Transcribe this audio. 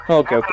okay